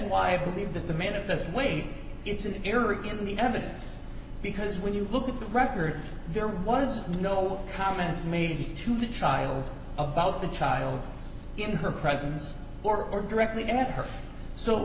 why i believe that the manifest way it's an error in the evidence because when you look at the record there was no comments made to the child about the child in her presence or directly at her so